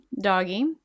Doggy